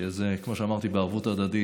שזה, כמו שאמרתי, בערבות ההדדית.